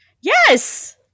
Yes